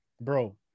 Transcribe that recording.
bro